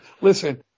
listen